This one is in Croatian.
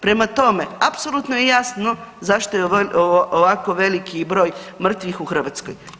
Prema tome apsolutno je jasno zašto je ovako veliki broj mrtvih u Hrvatskoj.